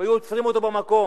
והיו עוצרים אותו במקום.